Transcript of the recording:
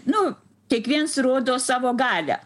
nu kiekviens rodo savo galią